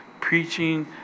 preaching